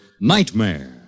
Nightmare